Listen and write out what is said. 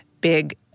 big